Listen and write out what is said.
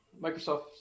Microsoft